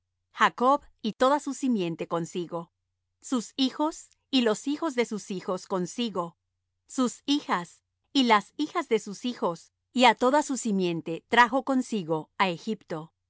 jacob y toda su simiente consigo sus hijos y los hijos de sus hijos consigo sus hijas y las hijas de sus hijos y á toda su simiente trajo consigo á egipto